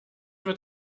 wird